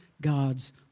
God's